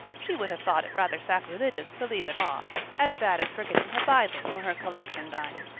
she would have thought it rather sacrilegious to leave it off as bad as forgetting her bible or her collection dime.